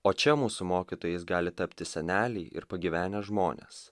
o čia mūsų mokytojais gali tapti seneliai ir pagyvenę žmonės